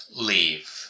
leave